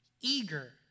eager